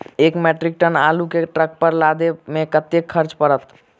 एक metric ton आलु केँ ट्रक पर लदाबै मे कतेक खर्च पड़त?